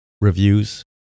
reviews